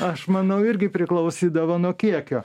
aš manau irgi priklausydavo nuo kiekio